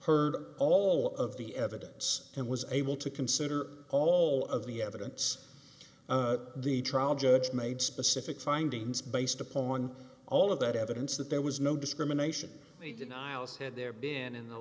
heard all of the evidence and was able to consider all of the evidence the trial judge made specific findings based upon all of that evidence that there was no discrimination they denials had there been in the